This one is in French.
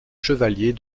chevalier